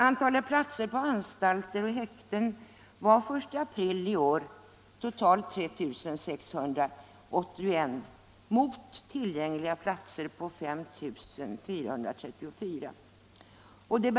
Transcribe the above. Antalet belagda platser på anstalter och häkten var den 1 april i år totalt 3 681 mot 5 434 tillgängliga platser.